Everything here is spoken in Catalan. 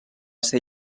ser